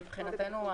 מבחינתנו,